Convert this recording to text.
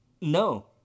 No